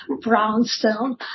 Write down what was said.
brownstone